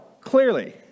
clearly